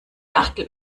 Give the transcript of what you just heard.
achtel